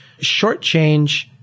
shortchange